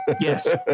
Yes